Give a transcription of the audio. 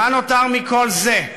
מה נותר מכל זה?